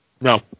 No